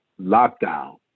Lockdown